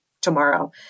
tomorrow